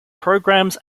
programmes